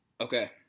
Okay